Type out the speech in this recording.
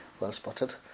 well-spotted